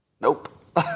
Nope